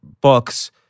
books